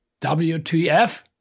WTF